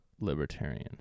libertarian